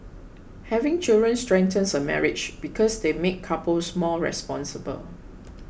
having children strengthens a marriage because they make couples more responsible